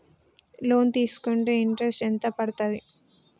Loan తీస్కుంటే interest ఎంత పడ్తది?